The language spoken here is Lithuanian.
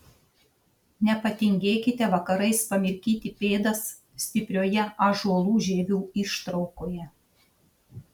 nepatingėkite vakarais pamirkyti pėdas stiprioje ąžuolų žievių ištraukoje